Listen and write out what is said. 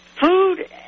food